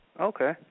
Okay